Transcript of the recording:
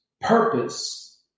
purpose